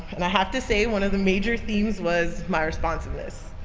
and i have to say one of the major themes was my responsiveness.